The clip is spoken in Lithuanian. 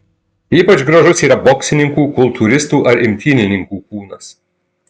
ypač gražus yra boksininkų kultūristų ar imtynininkų kūnas